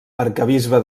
arquebisbe